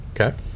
Okay